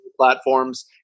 platforms